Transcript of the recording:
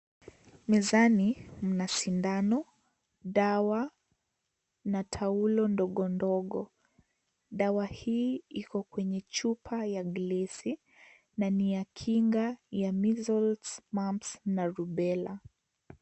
Mezani, mna sindano, dawa, na taulo ndogo ndogo, dawa hii iko kwenye chupa, ya glesi, na ni ya kinga ya (cs)missiles, mums, na rubella (cs).